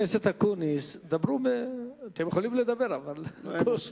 הנשיא מגיע מחר למצרים.